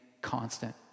constant